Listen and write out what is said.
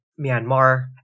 Myanmar